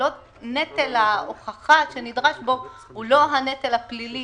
שנטל ההוכחה שנדרש בו הוא לא הנטל הפלילי